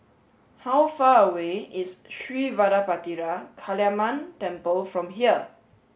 how far away is Sri Vadapathira Kaliamman Temple from here